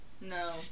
No